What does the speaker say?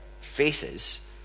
faces